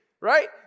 right